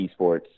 esports